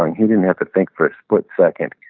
he didn't have to think for a split second.